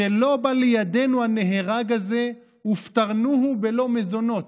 "שלא בא לידנו הנהרג הזה ופטרנוהו בלא מזונות,